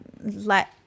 let